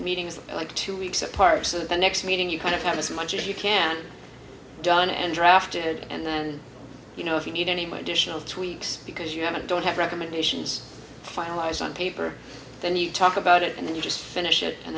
meetings like two weeks apart so the next meeting you kind of have as much as you can done and drafted and then you know if you need any more additional tweaks because you haven't don't have recommendations finalized on paper then you talk about it and then you just finish it and